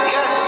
Yes